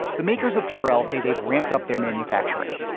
the makers of purell say they've ramped up their manufacturing.